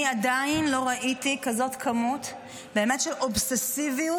אני עדיין לא ראיתי כזאת כמות של אובססיביות,